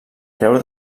creu